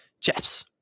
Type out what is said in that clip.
chaps